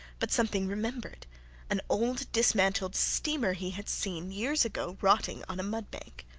but something remembered an old dismantled steamer he had seen years ago rotting on a mudbank.